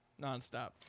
nonstop